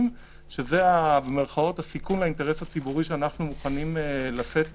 שזה במירכאות הסיכון לאינטרס הציבורי שאנו מוכנים לשאת בו,